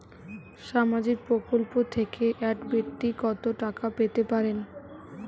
সামাজিক প্রকল্প থেকে এক ব্যাক্তি কত টাকা পেতে পারেন?